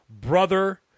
brother